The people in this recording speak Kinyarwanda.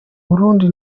burundi